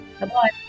bye